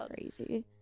Crazy